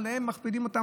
עליהם מכפילים אותו.